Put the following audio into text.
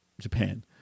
Japan